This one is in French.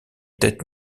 tête